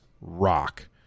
rock